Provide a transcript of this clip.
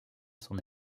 son